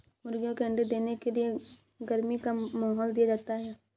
मुर्गियों के अंडे देने के लिए गर्मी का माहौल दिया जाता है